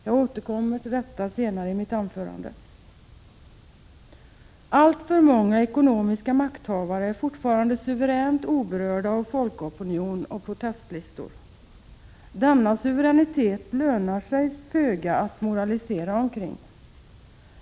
Jag återkommer till detta senare i mitt anförande. Alltför många ekonomiska makthavare är fortfarande suveränt oberörda av folkopinion och protestlistor. Denna suveränitet lönar det sig föga att moralisera över.